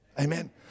Amen